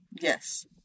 Yes